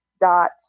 dot